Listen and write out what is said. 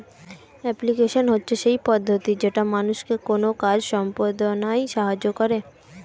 application হচ্ছে সেই পদ্ধতি যেটা মানুষকে কোনো কাজ সম্পদনায় সাহায্য করে